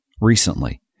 recently